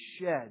shed